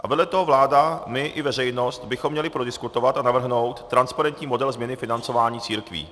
A vedle toho vláda, my i veřejnost bychom měli prodiskutovat a navrhnout transparentní model změny financování církví.